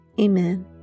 Amen